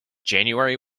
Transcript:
january